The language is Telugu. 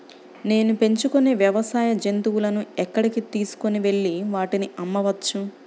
నేను పెంచుకొనే వ్యవసాయ జంతువులను ఎక్కడికి తీసుకొనివెళ్ళి వాటిని అమ్మవచ్చు?